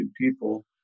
people